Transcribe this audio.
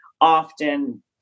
often